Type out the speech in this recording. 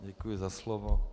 Děkuji za slovo.